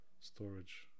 storage